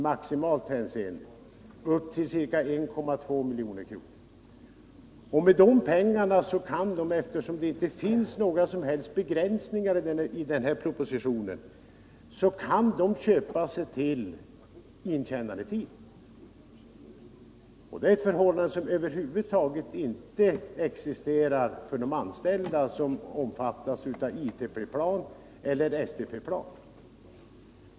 maximalt upp till ca 1,2 milj.kr. Och med de pengarna går det —- eftersom det inte finns några som helst begränsningar i den här propositionen — att köpa sig till intjänandetid. Och det är ett förhållande som över huvud taget inte existerar för de anställda som omfattas av ITP-plan eller STP-plan.